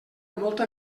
molta